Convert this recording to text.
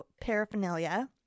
paraphernalia